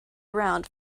around